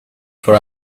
for